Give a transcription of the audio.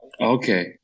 Okay